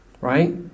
Right